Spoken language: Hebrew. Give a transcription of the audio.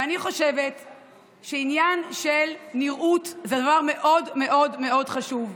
ואני חושבת שעניין הנראות זה דבר מאוד מאוד מאוד חשוב,